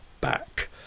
back